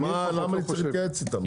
אז למה צריך להתייעץ איתם בכלל?